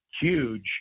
huge